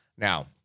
Now